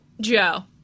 Joe